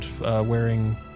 wearing